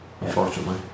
unfortunately